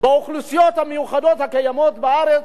באוכלוסיות המיוחדות הקיימות בארץ,